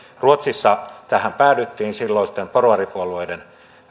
ruotsissa tähän päädyttiin silloisten porvaripuolueiden